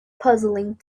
puzzling